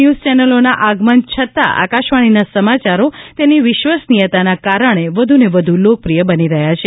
news ચેનલોના આગમન છતાં આકાશવાણીના સમાચારો તેની વિશ્વસનીયતાને કારણે વધુને વધુ લોકપ્રિય બની રહ્યા છે